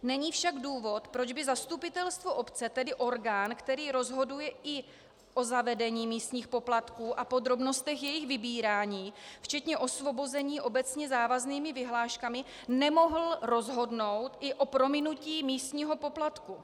Není však důvod, proč by zastupitelstvo obce, tedy orgán, který rozhoduje i o zavedení místních poplatků a podrobnostech jejich vybírání včetně osvobození obecně závaznými vyhláškami, nemohl rozhodnout i o prominutí místního poplatku.